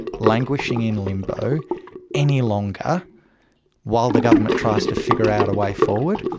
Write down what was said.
languishing in limbo any longer while the government tries to figure out a way forward.